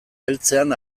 heltzean